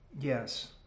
Yes